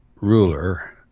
ruler